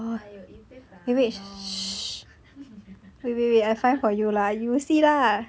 还有一杯 bandung